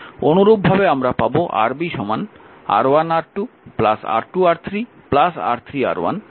অনুরূপভাবে আমরা পাব Rb R1R2 R2R3 R3R1 R2